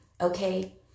okay